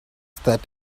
that